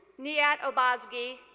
niyat ogbazghi,